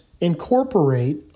incorporate